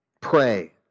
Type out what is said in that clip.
Pray